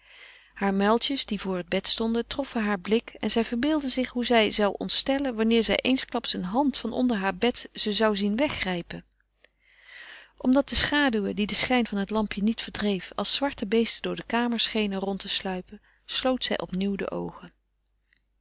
hare muiltjes die voor het bed stonden troffen haar blik en zij verbeeldde zich hoe zij zou ontstellen wanneer zij eensklaps eene hand van onder haar bed ze zou zien weggrijpen omdat de schaduwen die de schijn van het lampje niet verdreef als zwarte beesten door de kamer schenen rond te sluipen sloot zij opnieuw de oogen